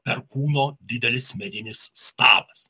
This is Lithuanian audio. perkūno didelis medinis stabas